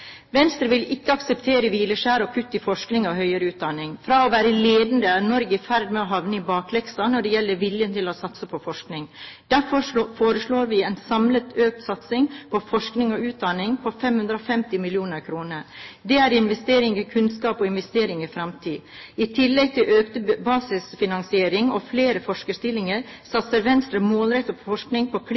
Venstre vil ikke akseptere hvileskjær og kutt i forskning og høyere utdanning. Fra å være ledende er Norge i ferd med å havne i bakleksa når det gjelder viljen til å satse på forskning. Derfor foreslår vi en samlet økt satsing på forskning og utdanning på 550 mill. kr. Det er investering i kunnskap og investering i fremtid. I tillegg til økt basisfinansiering og flere forskerstillinger satser Venstre målrettet på forskning på